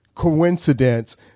Coincidence